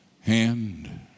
hand